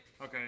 Okay